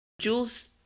Jules